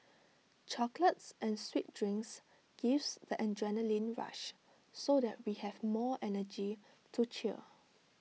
chocolates and sweet drinks gives the adrenaline rush so that we have more energy to cheer